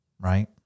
Right